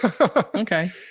okay